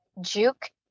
juke